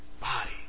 body